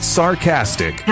sarcastic